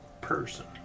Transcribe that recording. person